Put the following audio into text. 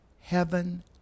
heaven